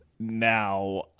now